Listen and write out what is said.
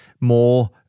more